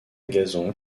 gazon